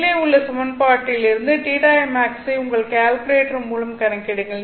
மேலே உள்ள சமன்பாட்டிலிருந்து θimax ஐ உங்கள் கால்குலேட்டர் மூலம் கணக்கிடுங்கள்